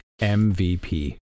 MVP